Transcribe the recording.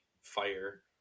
fire